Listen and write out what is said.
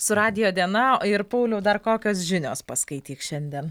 su radijo diena ir pauliau dar kokios žinios paskaityk šiandien